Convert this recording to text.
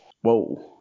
Whoa